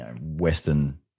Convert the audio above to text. Western